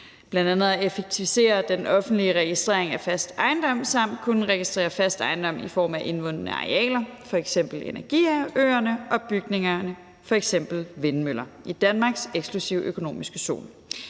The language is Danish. at kunne effektivisere den offentlige registrering af fast ejendom og det at kunne registrere fast ejendom i form af indvundne arealer, f.eks. energiøer, og bygninger, f.eks. vindmøller, i Danmarks eksklusive økonomiske zone.